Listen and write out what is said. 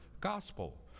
gospel